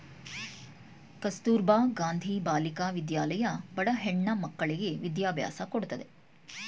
ಕಸ್ತೂರಬಾ ಗಾಂಧಿ ಬಾಲಿಕಾ ವಿದ್ಯಾಲಯ ಬಡ ಹೆಣ್ಣ ಮಕ್ಕಳ್ಳಗೆ ವಿದ್ಯಾಭ್ಯಾಸ ಕೊಡತ್ತದೆ